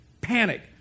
panic